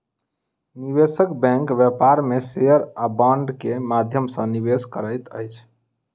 निवेशक बैंक व्यापार में शेयर आ बांड के माध्यम सॅ निवेश करैत अछि